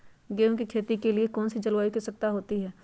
गेंहू की खेती के लिए कौन सी जलवायु की आवश्यकता होती है?